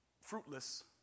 fruitless